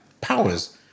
Powers